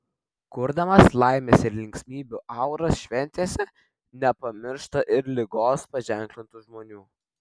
kurdamas laimės ir linksmybių auras šventėse nepamiršta ir ligos paženklintų žmonių